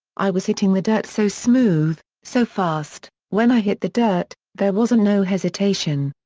i was hitting the dirt so smooth, so fast, when i hit the dirt, there wasn't no hesitation.